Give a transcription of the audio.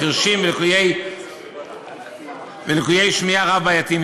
חירשים ולקויי שמיעה רב-בעייתיים,